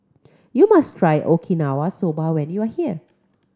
you must try Okinawa Soba when you are here